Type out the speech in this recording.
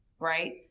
Right